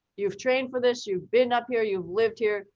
you've trained for this, you've been up here, you've lived here,